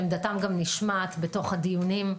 עמדתם נשמעת בתוך הדיונים.